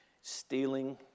stealing